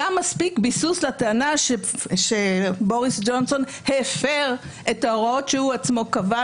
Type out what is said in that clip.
היה מספיק ביסוס לטענה שבוריס ג'ונסון הפר את ההוראות שהוא עצמו קבע,